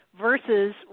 versus